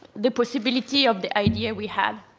the possibility of the idea we had.